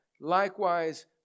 likewise